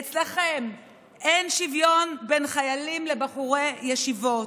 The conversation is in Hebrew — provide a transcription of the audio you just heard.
אצלכם אין שוויון בין חיילים לבחורי ישיבות,